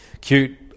cute